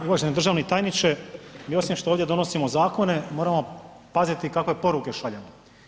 Uvaženi državni tajniče, mi osim što ovdje donosimo zakone, moramo paziti kakve poruke šaljemo.